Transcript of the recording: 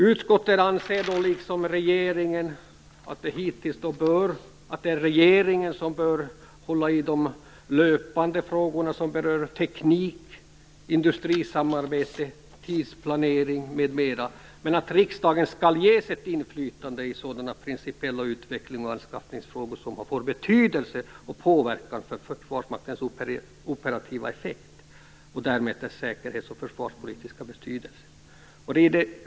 Utskottet anser att regeringen liksom hittills bör hålla i de löpande frågorna som berör teknik, industrisamarbete, tidsplanering, m.m., men att riksdagen skall ges ett inflytande i sådana principiella utvecklings och anskaffningsfrågor som får betydelse och påverkan på Försvarsmaktens operativa effekt och därmed dess säkerhets och försvarspolitiska betydelse.